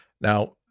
Now